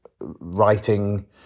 writing